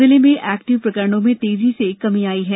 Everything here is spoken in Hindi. जिले में एक्टिव प्रकरणों में तेजी से कमी आ रही है